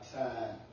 time